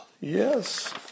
yes